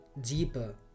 deeper